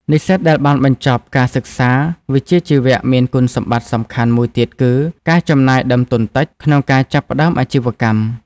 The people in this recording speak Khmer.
និស្សិតដែលបានបញ្ចប់ការសិក្សាវិជ្ជាជីវៈមានគុណសម្បត្តិសំខាន់មួយទៀតគឺ ការចំណាយដើមទុនតិច ក្នុងការចាប់ផ្តើមអាជីវកម្ម។